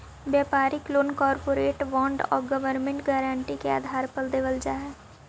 व्यापारिक loan corporate bond और government guarantee के आधार पर देवल जा हई